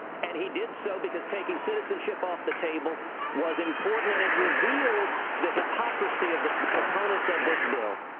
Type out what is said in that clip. and he did so because taking citizenship off the table was important, and it revealed the hypocrisy of the the proponents of this bill,